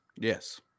Yes